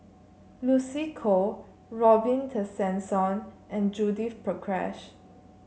Lucy Koh Robin Tessensohn and Judith Prakash